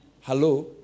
Hello